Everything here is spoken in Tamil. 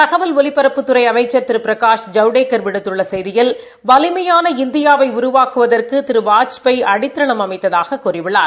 தகவல் ஒலிபரப்புத்துறை அமைச்ச் திரு பிரகாஷ் ஜவடேக்கர் விடுத்துள்ள செய்தியில் வலிமையான இந்தியாவை உருவாக்குவதற்கு திரு வாஜ்பாய் அடித்தளம் அமைத்ததாகக் கூறியுள்ளார்